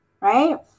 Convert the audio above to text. right